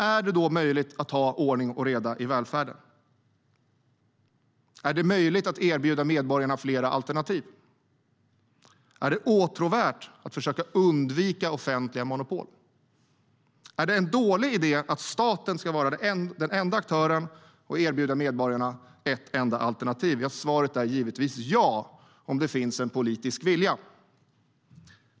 Är det då möjligt att ha ordning och reda i välfärden? Är det möjligt att erbjuda medborgarna flera alternativ? Är det åtråvärt att försöka undvika offentliga monopol? Är det en dålig idé att staten ska vara den enda aktören och erbjuda medborgarna ett enda alternativ. Svaret är givetvis ja om det finns en politisk vilja.